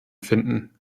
finden